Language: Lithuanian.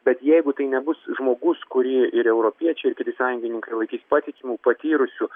bet jeigu tai nebus žmogus kurį ir europiečiai ir kiti sąjungininkai laikys patikimu patyrusiu